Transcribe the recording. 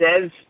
says